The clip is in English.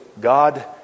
God